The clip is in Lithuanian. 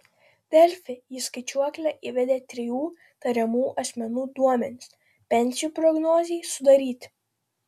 delfi į skaičiuoklę įvedė trijų tariamų asmenų duomenis pensijų prognozei sudaryti